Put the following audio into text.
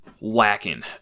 lacking